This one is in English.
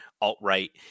alt-right